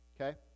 okay